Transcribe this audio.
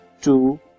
two